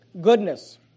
Goodness